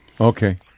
Okay